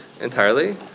entirely